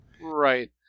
right